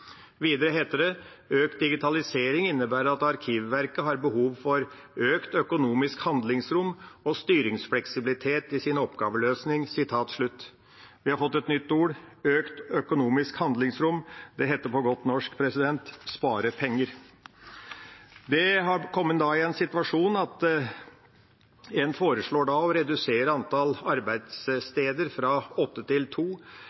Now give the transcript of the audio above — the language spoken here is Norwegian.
Videre heter det: «Økt digitalisering innebærer at Arkivverket har behov for økt økonomisk handlingsrom og styringsfleksibilitet i sin oppgaveløsing.» Vi har fått et nytt uttrykk: «økt økonomisk handlingsrom» – det heter på godt norsk «spare penger». Det har kommet til en situasjon der en foreslår å redusere antall arbeidssteder fra åtte til to,